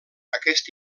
aquest